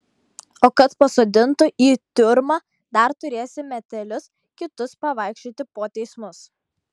o kad pasodintų į tiurmą dar turėsi metelius kitus pavaikščioti po teismus